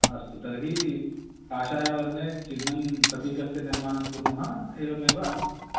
अस्तु तर्हि काषायवर्णे चिह्नं प्रतीकस्य निर्माणं कुर्मः एवमेव